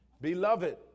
Beloved